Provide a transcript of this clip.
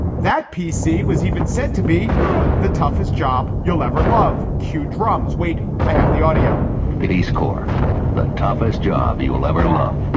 that p c. was even said to be the toughest job you'll ever love. cue drums wait. i have the audio peace corps the toughest job you'll ever love